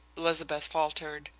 elizabeth faltered,